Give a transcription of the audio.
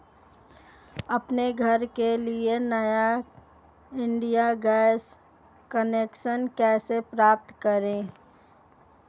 अपने घर के लिए नया इंडियन गैस कनेक्शन कैसे प्राप्त करें?